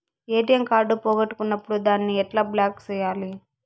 ATM card పోగొట్టుకున్నప్పుడు దాన్ని ఎట్లా బ్లాక్ సేయాలి